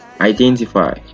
identify